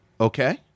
Okay